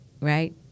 right